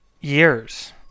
years